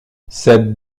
cette